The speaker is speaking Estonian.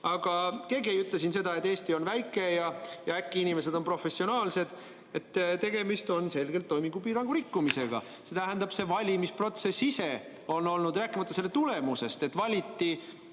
Aga keegi ei ütle siin seda, et Eesti on väike ja äkki inimesed on professionaalsed. Tegemist on selgelt toimingupiirangu rikkumisega. See valimisprotsess ise on olnud [küsitav], rääkimata selle tulemusest: valiti